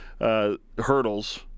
hurdles